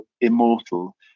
immortal